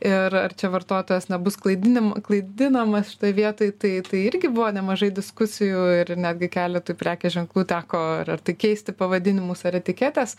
ir ar čia vartotojas nebus klaidinimu klaidinamas šitoj vietoj tai tai irgi buvo nemažai diskusijų ir netgi keletui prekės ženklų teko ar tai keisti pavadinimus ar etiketes